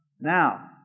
Now